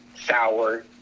sour